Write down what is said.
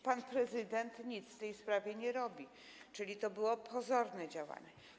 Pan prezydent nic w tej sprawie nie robi, czyli było to pozorne działanie.